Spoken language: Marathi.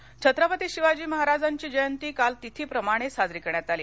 जयंती छत्रपती शिवाजी महाराज यांची जयंती काल तिथी प्रमाणे साजरी करण्यात आली